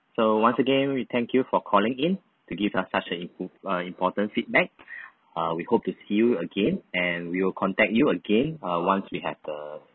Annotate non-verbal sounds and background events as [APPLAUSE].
so once again we thank you for calling in to give us such a impr~ a important feedback [BREATH] uh we hope to see you again and we will contact you again uh once we have the